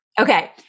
Okay